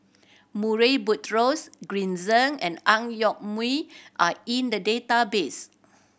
Murray Buttrose Green Zeng and Ang Yoke Mooi are in the database